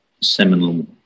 seminal